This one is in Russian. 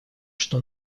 что